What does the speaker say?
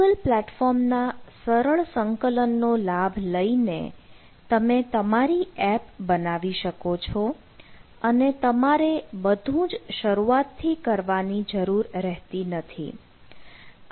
Google platform ના સરળ સંકલન નો લાભ લઈને તમે તમારી એપ બનાવી શકો છો અને તમારે બધું જ શરૂઆતથી કરવાની જરૂર રહેતી નથી